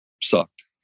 sucked